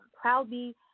proudly